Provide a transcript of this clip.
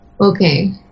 Okay